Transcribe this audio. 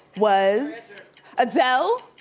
was adele?